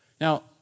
Now